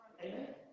Amen